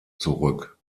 zurück